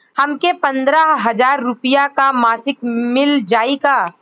हमके पन्द्रह हजार रूपया क मासिक मिल जाई का?